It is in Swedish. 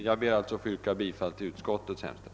Jag yrkar alltså bifall till utskottets hemställan.